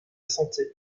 santé